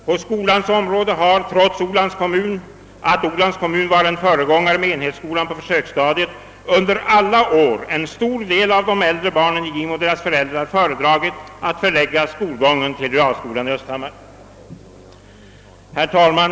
På skolans område har, trots att Olands kommun var en föregångare med enhetsskolan på försöksstadiet, under alla år en stor del av de äldre barnen i Gimo och deras föräldrar föredragit att barnens skolgång förlagts till realskolan i Östhammar. Herr talman!